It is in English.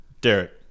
Derek